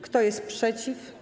Kto jest przeciw?